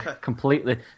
Completely